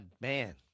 man